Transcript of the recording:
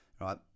right